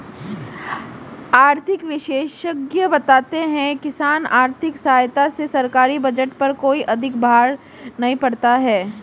आर्थिक विशेषज्ञ बताते हैं किसान आर्थिक सहायता से सरकारी बजट पर कोई अधिक बाहर नहीं पड़ता है